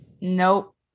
nope